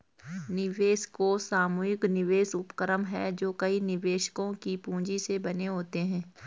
निवेश कोष सामूहिक निवेश उपक्रम हैं जो कई निवेशकों की पूंजी से बने होते हैं